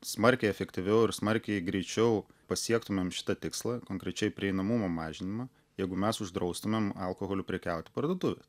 smarkiai efektyviau ir smarkiai greičiau pasiektumėm šitą tikslą konkrečiai prieinamumo mažinimą jeigu mes uždraustumėm alkoholiu prekiauti parduotuvėse